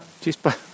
chispa